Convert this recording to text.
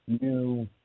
new